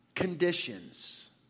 Conditions